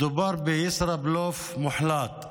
מדובר בישראבלוף מוחלט,